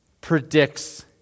predicts